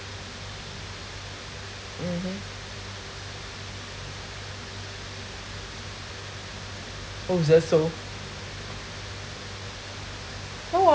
mmhmm oh is that so